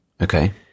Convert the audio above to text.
Okay